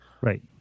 Right